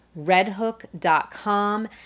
Redhook.com